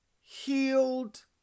Healed